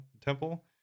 Temple